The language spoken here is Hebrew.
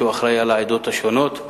שהוא אחראי לעדות השונות.